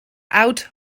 out